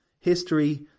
history